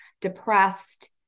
Depressed